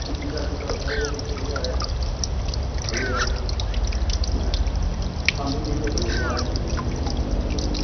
ꯃꯆꯤꯟꯖꯥꯛꯇꯨ ꯈꯔ ꯄꯧꯕ ꯄꯤꯖꯕ ꯌꯥꯔꯦ ꯑꯗꯨꯒ ꯊꯝꯕꯝꯒꯤꯗꯤ ꯑꯩꯈꯣꯏꯅ ꯋꯥꯏ ꯅꯨꯡ ꯈꯔ ꯍꯩꯕꯤꯕ ꯇꯥꯔꯦꯀꯣ